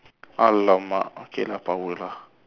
alamak okay lah power lah